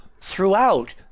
throughout